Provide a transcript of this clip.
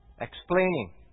explaining